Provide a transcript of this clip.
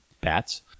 bats